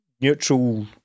neutral